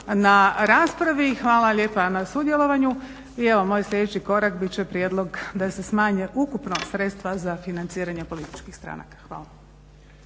na raspravi, hvala lijepa na sudjelovanju i evo moj sljedeći korak bit će prijedlog da se smanje ukupno sredstva za financiranje političkih stranaka. Hvala.